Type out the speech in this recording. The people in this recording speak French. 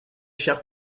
chers